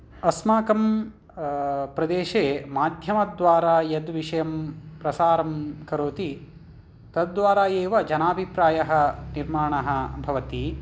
अस्माकं प्रदेशे माध्यमद्वारा यद्विषयं प्रसारं करोति तद्वारा एव जनाभिप्रायः निर्माणः भवति